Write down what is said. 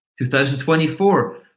2024